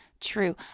True